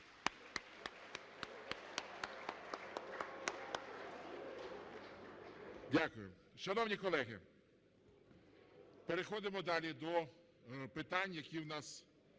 Дякую. Шановні колеги, переходимо далі до питань, які в нас